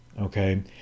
okay